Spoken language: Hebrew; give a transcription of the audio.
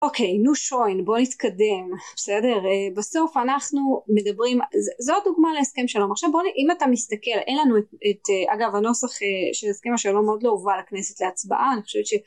אוקיי נו שואין בוא נתקדם בסדר בסוף אנחנו מדברים זו הדוגמה להסכם שלום עכשיו בוא נהיה אם אתה מסתכל אין לנו אגב הנוסח של הסכם השלום מאוד לא הובא לכנסת להצבעה אני חושבת ש...